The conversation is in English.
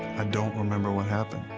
ah don't remember what happened.